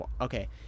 Okay